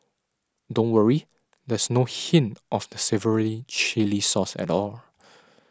don't worry there's no hint of the savoury chilli sauce at all